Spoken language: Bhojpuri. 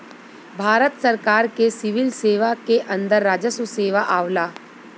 भारत सरकार के सिविल सेवा के अंदर राजस्व सेवा आवला